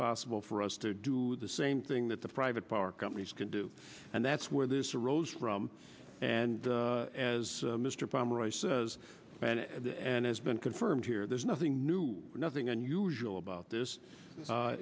possible for us to do the same thing that the private power companies can do and that's where this arose from and as mr pomeroy says about it and has been confirmed here there's nothing new nothing unusual about this